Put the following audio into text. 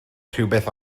rhywbeth